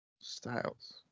Styles